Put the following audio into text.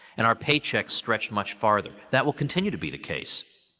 and our paychecks stretch much further. that will continue to be the case.